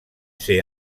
ser